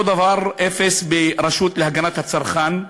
אותו דבר, אפס, ברשות להגנת הצרכן,